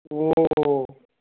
ও